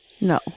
No